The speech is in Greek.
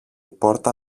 πόρτα